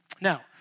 Now